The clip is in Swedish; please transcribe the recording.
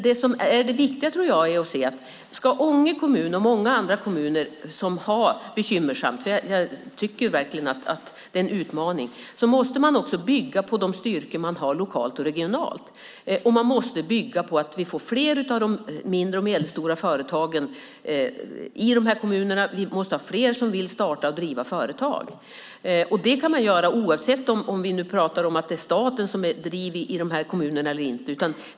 Det viktiga tror jag är att ska Ånge kommun och många andra kommuner som har det bekymmersamt få det bättre - och jag tycker verkligen att det är en utmaning - måste man också bygga på de styrkor som man har lokalt och regionalt. Och man måste bygga på att vi får fler mindre och medelstora företag i de här kommunerna. Vi måste ha fler som vill starta och driva företag. Det gäller oavsett om man pratar om att det är staten som är drivande i de här kommunerna eller inte.